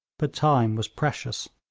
but time was precious.